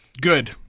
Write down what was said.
Good